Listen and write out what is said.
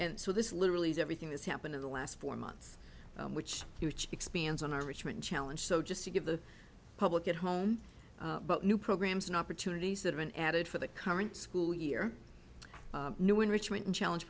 and so this literally has everything that's happened in the last four months which expands on our richmond challenge so just to give the public at home but new programs and opportunities that are been added for the current school year new enrichment and challenge